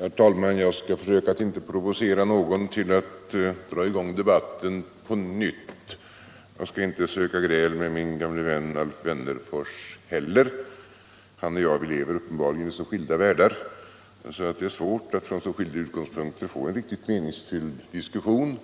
Herr talman! Jag skall försöka att inte provocera någon till att dra i gång debatten på nytt. Jag skall inte söka gräl med min gamle vän Alf Wennerfors heller — han och jag lever uppenbarligen i så skilda världar att det är svårt att från så olika utgångspunkter få till stånd en riktigt meningsfylld diskussion.